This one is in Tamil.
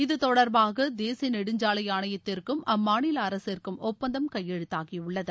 இது தொடர்பாக தேசிய நெடுஞ்சாலை ஆணையத்திற்கும் அம்மாநில அரசிற்கும் ஒப்பந்தம் கையெழுத்தாகியுள்ளது